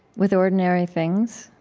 with ordinary things,